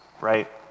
right